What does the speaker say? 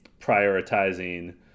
prioritizing